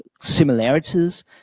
similarities